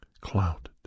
clouded